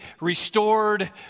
restored